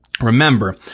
remember